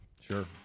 sure